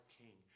king